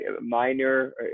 minor